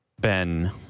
Ben